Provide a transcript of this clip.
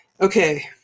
Okay